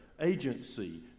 Agency